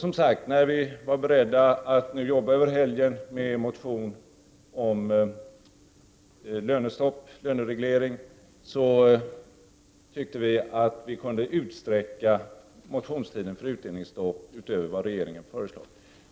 Efterstom vi var beredda att arbeta över helgen med vår motion om lönereglering, ansåg vi att vi kunde utsträcka motionstiden när det gäller utdelningsstopp utöver vad regeringen föreslagit.